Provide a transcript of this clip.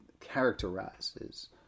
characterizes